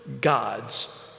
God's